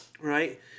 Right